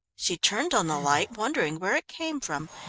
she turned on the light, wondering where it came from.